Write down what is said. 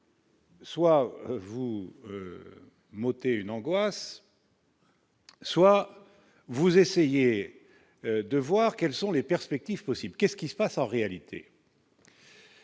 que. Soit vous m'ôtez une angoisse. Soit vous essayez de voir quelles sont les perspectives possible qu'est-ce qui se passe en réalité.